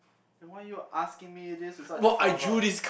then why you asking me this with such fervor